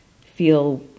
feel